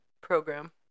program